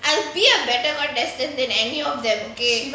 I'll be a better word tester than any of them okay